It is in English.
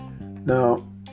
Now